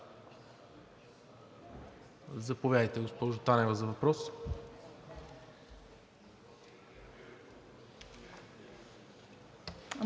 Заповядайте, госпожо Танева, за въпрос.